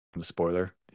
Spoiler